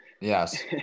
Yes